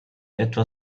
etwa